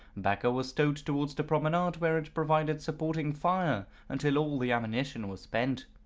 backer was towed towards the promenade where it provided supporting fire until all the ammunition was spent.